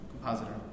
compositor